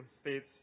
states